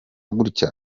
gutya